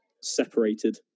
separated